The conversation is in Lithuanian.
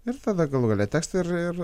ir tada galų gale tekstą ir ir